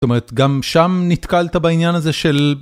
זאת אומרת, גם שם נתקלת בעניין הזה של...